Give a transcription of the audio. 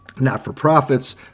not-for-profits